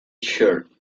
church